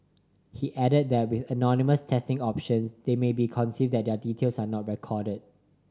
he added that with anonymous testing options they may not be that their details are not recorded